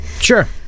Sure